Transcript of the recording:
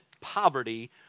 poverty